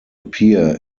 appear